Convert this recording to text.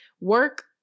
work